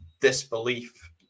disbelief